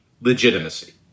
legitimacy